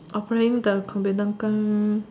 offering the